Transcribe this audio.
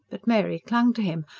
but mary clung to him.